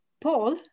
Paul